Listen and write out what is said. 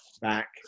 back